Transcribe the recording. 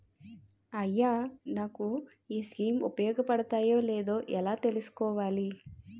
అయ్యా నాకు ఈ స్కీమ్స్ ఉపయోగ పడతయో లేదో ఎలా తులుసుకోవాలి?